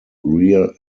rear